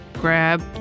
grab